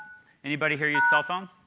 anybody here use cellphones?